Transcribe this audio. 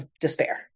despair